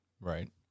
Right